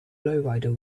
lowrider